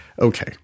Okay